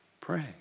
Pray